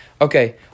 Okay